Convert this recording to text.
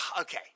okay